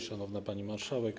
Szanowna Pani Marszałek!